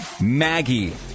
Maggie